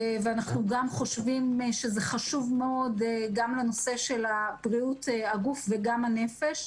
אנחנו גם חושבים שזה חשוב מאוד גם לנושא של בריאות הגוף וגם הנפש,